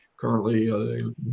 currently